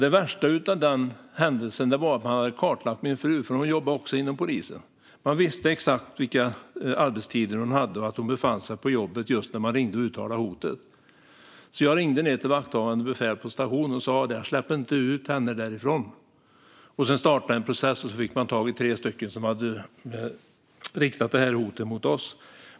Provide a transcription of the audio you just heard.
Det värsta i den händelsen var att man hade kartlagt min fru, för hon jobbade också inom polisen. Man visste exakt vilka arbetstider hon hade och att hon befann sig på jobbet just när man ringde och uttalade hotet. Jag ringde då ned till vakthavande befäl på stationen och sa: Släpp inte ut henne därifrån! Sedan startade jag en process, och så fick man tag på tre stycken som hade riktat detta hot mot oss.